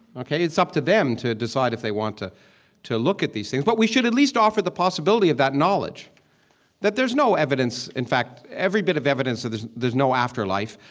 ok? it's up to them to decide if they want to to look at these things. but we should at least offer the possibility of that knowledge that there's no evidence in fact every bit of evidence that there's no afterlife,